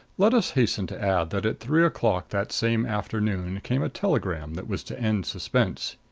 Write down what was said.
let us hasten to add that at three o'clock that same afternoon came a telegram that was to end suspense.